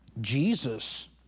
Jesus